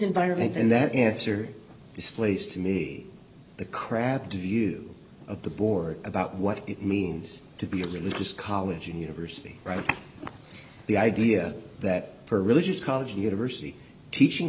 environment and that answer displays to the crap view of the board about what it means to be religious college and university right the idea that her religious college university teaching